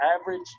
average